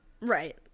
Right